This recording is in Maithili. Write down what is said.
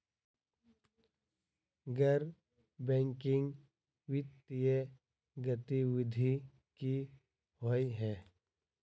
गैर बैंकिंग वित्तीय गतिविधि की होइ है?